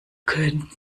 könnt